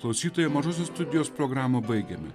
klausytojai mažosios studijos programų baigiame